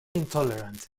intolerant